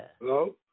Hello